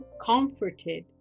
comforted